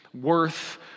worth